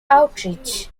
outreach